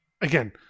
Again